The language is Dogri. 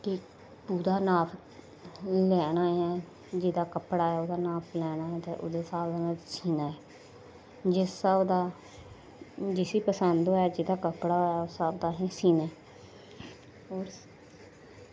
कि पूरा नाप लैना ऐ जेह्दा कपड़ा ऐ ते ओह्दा नाप लैना ऐ ते ओह्दे स्हाब कन्नै सीना ऐ जिस स्हाब दा जिस्सी पसंद होऐ जेह्दे कपड़ा होऐ ओह्दे स्हाब दा अ'सें सीना ऐ उस